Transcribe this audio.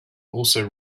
also